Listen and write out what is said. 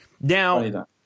Now